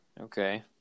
Okay